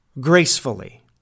gracefully